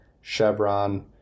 Chevron